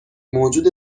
موجود